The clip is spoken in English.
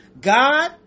God